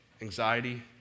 Anxiety